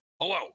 Hello